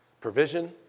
Provision